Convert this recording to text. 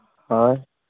ᱦᱳᱭ